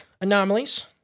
anomalies